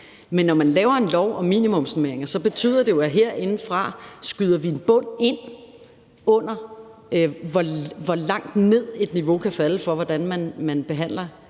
Men når man laver en lov om minimumsnormeringer, betyder det jo, at vi herindefra skyder en bund ind under, hvor langt ned et niveau for, hvordan man behandler